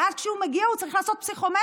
ואז כשהוא מגיע הוא צריך לעשות פסיכומטרי,